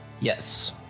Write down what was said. Yes